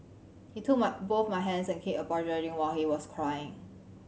he took my both my hands and kept apologising while he was crying